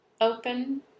open